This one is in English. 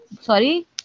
Sorry